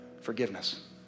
forgiveness